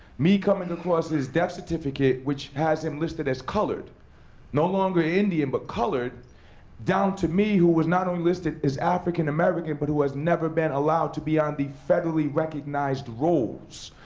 me coming across his death certificate, which has him listed as colored no longer indian but colored down to me, who was not only listed as african american, but who has never been allowed to be on the federally recognized rolls.